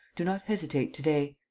do not hesitate to-day.